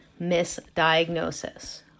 misdiagnosis